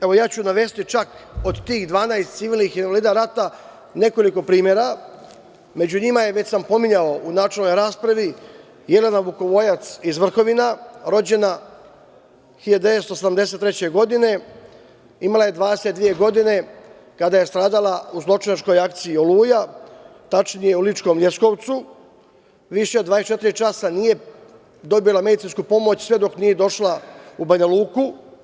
Evo ja ću navesti, čak od tih 12 civilnih invalida rata nekoliko primera, među njima je, već sam pominjao u načelnoj raspravi, Jelena Vukovojac iz Vrhovina, rođena 1983. godine, imala je 22 godine, kada je stradala u zločinačkoj akciji „Oluja“, tačnije u Ličkom Ljeskovcu, više od 24 časa nije dobila medicinsku pomoć, sve dok nije došla u Banja Luku.